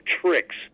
tricks